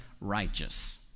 righteous